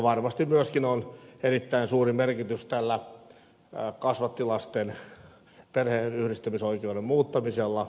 varmasti myöskin on erittäin suuri merkitys tällä kasvattilasten perheenyhdistämisoikeuden muuttamisella